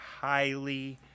highly